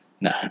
No